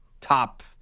top